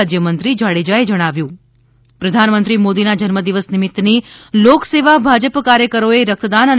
રાજ્ય મંત્રી જાડેજાએ જણાવ્યુ પ્રધાનમંત્રી મોદીના જન્મદિવસ નિમિત્તની લોકસેવા ભાજપ કાર્યકરોએ રક્તદાન અને